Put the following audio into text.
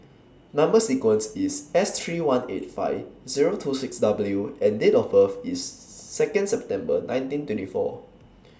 Number sequence IS S three one eight five Zero two six W and Date of birth IS Second December nineteen twenty four